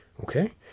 Okay